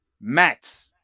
Matt